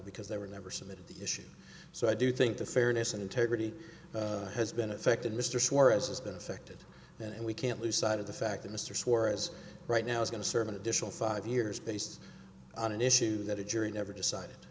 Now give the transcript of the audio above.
because they were never submitted the issue so i do think the fairness and integrity has been affected mr suarez has been affected and we can't lose sight of the fact that mr suarez right now is going to serve an additional five years based on an issue that a jury never decided